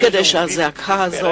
כדי שהזעקה הזאת,